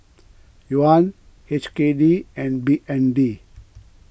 Yuan H K D and B N D